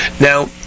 Now